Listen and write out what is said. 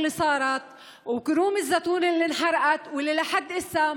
גילם המבוגר ובימים אלו קוטפים זיתים,